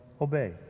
obey